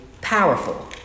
powerful